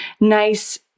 nice